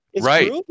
Right